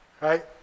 Right